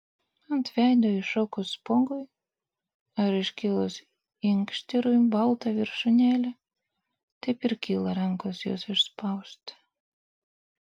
ant veido iššokus spuogui ar iškilus inkštirui balta viršūnėle taip ir kyla rankos juos išspausti